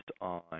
on